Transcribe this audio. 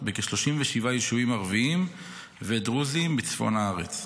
בכ-37 יישובים ערביים ודרוזיים בצפון הארץ.